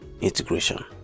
integration